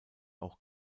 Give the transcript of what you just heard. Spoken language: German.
auch